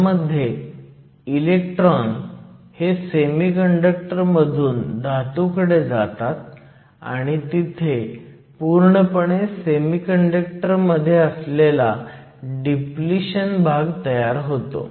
ह्यामध्ये इलेक्ट्रॉन हे सेमीकंडक्टर मधून धातूकडे जातात आणि तिथे पूर्णपणे सेमीकंडक्टर मध्ये असलेला डिप्लिशन भाग तयार होतो